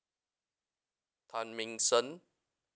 tan ming sen